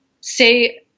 say